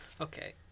Okay